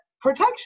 protection